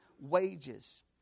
wages